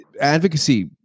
advocacy